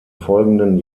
folgenden